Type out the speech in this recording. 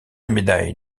médaille